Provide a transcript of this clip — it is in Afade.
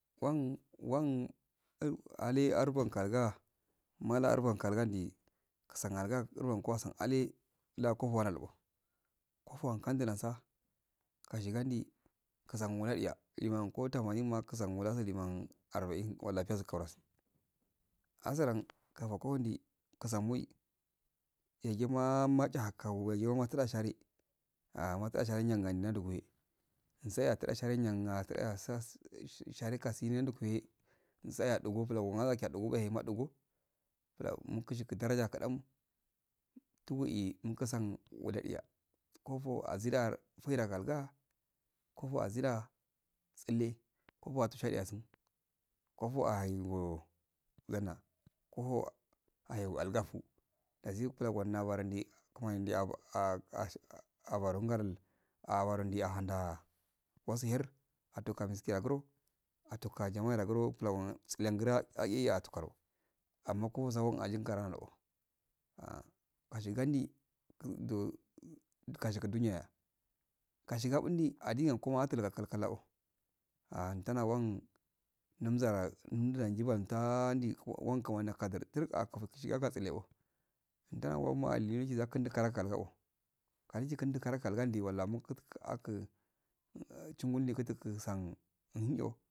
Wan-wan alai aarbal kalga malaarban kajandi kusau angal kawan san alai la kofowa dalgo kofowakandulansa kashigand kasangumona diya liman ko tamenin ma kusan naso liman arbarin walla piyasku piyaska kaurali hausarau kafa kaundi kasamai masha matada shari-natda shari nangain nauguhe intehe natada shari nangain nauguhe intehe natada shani nangain nauguhe inteh natada shari nyan a atade asa share kasi nan duguwe sa e aduge blagu tugu gase nautugo nukushiga dafaje kadan tugu e mukuran wadaya kofo azidal feido gargaga kofo azida tsillle kofa algefun dati kulaguma nade kumani ndehetation jawarand ahamuda wasi her atokepigaro atoka jama lagmo blamo tslengra aiye atukaro amma kefo ajiye ahugare alo asiggandi do kashiga duniya kashiga bundi a aduniya kuna atulga kalkda e an tana wan nura zara nza nuban ta andi tran kumani akadi turga atugu shibatsale o tana wale ma a li nayi za kundi kara kalgao kadiji landi kala kandi walla mukuku aku chingundi kiliku usan ihacho.